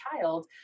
child